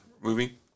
movie